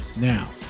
now